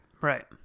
Right